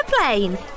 plane